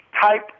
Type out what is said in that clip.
type